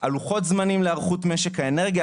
על לוחות זמנים להיערכות משק האנרגיה,